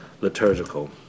liturgical